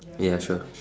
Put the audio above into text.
ya sure